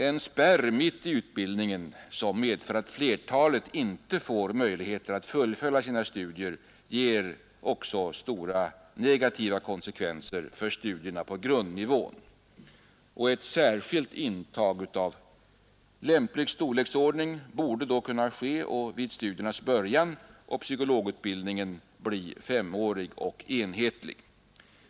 En spärr mitt i utbildningen, som medför att flertalet inte får möjligheter att fullfölja sina studier, ger också stora negativa konsekvenser för studierna på grundnivån. Ett särskilt intag av lämplig storleksordning borde då kunna ske vid studiernas början, och psykologutbildningen borde bli femårig och enhetlig.